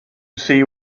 see